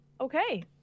okay